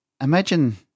imagine